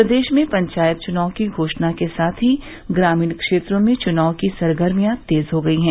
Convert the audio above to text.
प्रदेश में पंचायत चुनाव की घोषणा के साथ ही ग्रामीण क्षेत्रों में चुनाव की सरगर्मियां तेज हो गई है